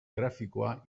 grafikoa